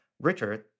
Richard